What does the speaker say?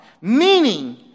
meaning